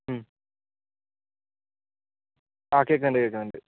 ആ കേൾക്കുന്നുണ്ട് കേൾക്കുന്നുണ്ട്